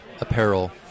apparel